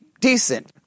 decent